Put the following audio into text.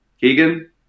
Keegan